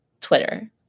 Twitter